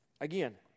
Again